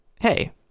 hey